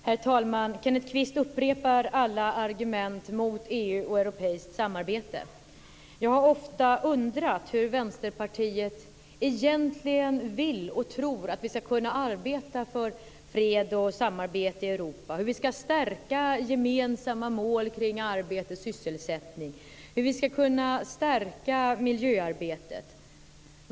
Herr talman! Kenneth Kvist upprepar alla argument mot EU och mot europeiskt samarbete. Jag har ofta undrat hur Vänsterpartiet egentligen vill och tror att vi ska kunna arbeta för fred och samarbete i Europa, hur vi ska kunna stärka gemensamma mål kring arbete och sysselsättning och hur vi ska kunna stärka miljöarbetet.